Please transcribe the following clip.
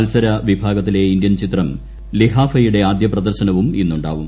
മത്സര വിഭാഗത്തിലെ ഇന്ത്യൻ ചിത്രം ലിഹാഫയുടെ ആദ്യ പ്രദർശനവും ഇന്നുണ്ടാവും